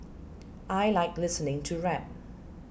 I like listening to rap